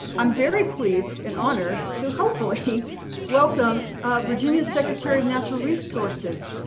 i'm very pleased and honored to hopefully welcome virginia secretary of natural resources,